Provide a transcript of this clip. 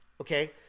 Okay